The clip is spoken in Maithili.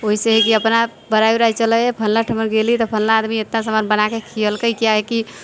ओहिसँ हइ कि अपना बड़ाइ उड़ाइ चलैत हइ फलना ठिमा गेली तऽ फलना आदमी इतना समान बना कऽ खिएलकै किया हइ कि